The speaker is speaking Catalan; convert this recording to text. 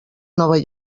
nova